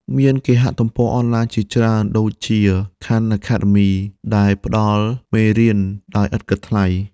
មានគេហទំព័រអនឡាញជាច្រើនដូចជា ខាន់ អាខេដដឺមី (Khan Academy) ដែលផ្តល់មេរៀនដោយឥតគិតថ្លៃ។